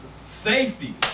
Safety